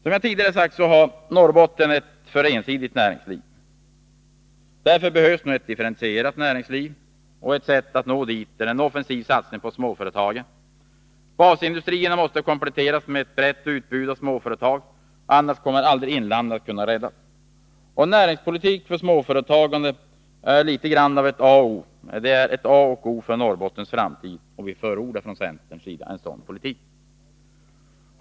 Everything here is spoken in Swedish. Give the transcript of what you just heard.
Som jag tidigare sagt har Norrbotten ett för ensidigt näringsliv. Därför behövs nu ett differentierat näringsliv. Ett sätt att nå det är en offensiv satsning på småföretagen. Basindustrierna måste kompletteras med ett brett utbud av småföretag, annars kommer aldrig inlandet att kunna räddas. En näringspolitik för småföretagande är något av A och O för Norrbottens framtid. Centern förordar en sådan politik.